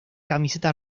camiseta